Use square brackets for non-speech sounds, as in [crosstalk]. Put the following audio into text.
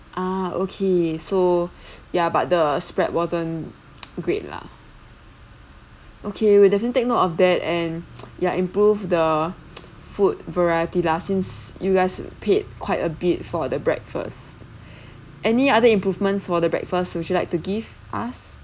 ah okay so [breath] ya but the spread wasn't [noise] great lah okay we definitely take note of that and [noise] ya improve the [noise] food variety lah since you guys paid quite a bit for the breakfast any other improvements for the breakfast would you like to give us